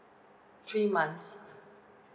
three months